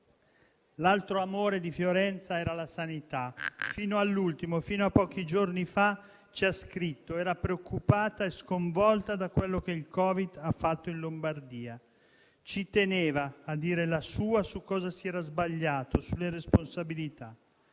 L'altro amore di Fiorenza era la sanità. Fino all'ultimo, fino a pochi giorni fa, ci ha scritto che era preoccupata e sconvolta da quello che il Covid-19 ha fatto in Lombardia. Ci teneva a dire la sua su cosa si era sbagliato, sulle responsabilità.